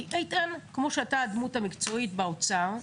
כי כמו שאתה הדמות המקצועית באוצר,